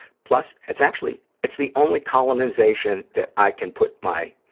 plus, it's actually, it's the only colonization that i can put my,